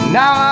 now